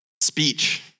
speech